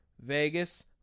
Vegas